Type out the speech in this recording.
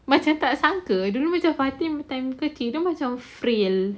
macam tak sangka dulu macam fatin time tertidur macam frill